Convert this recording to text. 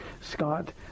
scott